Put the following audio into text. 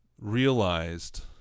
realized